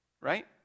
right